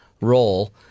role